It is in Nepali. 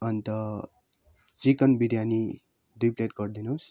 अन्त चिकन बिरियानी दुई प्लेट गरिदिनुहोस्